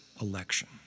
election